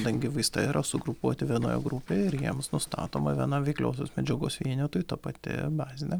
dangi vaistai yra sugrupuoti vienoje grupėje ir jiems nustatoma viena veikliosios medžiagos vienetui ta pati bazinė